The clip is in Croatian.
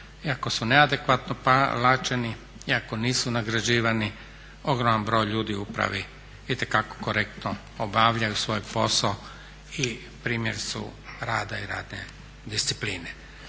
iako su neadekvatno plaćeni, iako nisu nagrađivani ogroman broj ljudi u upravi itekako korektno obavljaju svoj posao i primjer su rada i radne discipline.